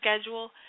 schedule